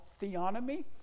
theonomy